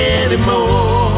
anymore